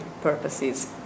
purposes